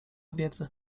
wiedzy